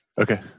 Okay